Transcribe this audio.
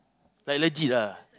like legit ah